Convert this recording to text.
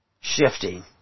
shifting